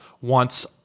wants